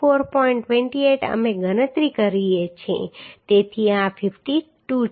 28 અમે ગણતરી કરી છે તેથી આ 52 છે